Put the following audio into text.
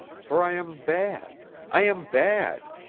for i am bad. i am bad.